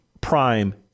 prime